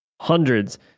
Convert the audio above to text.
hundreds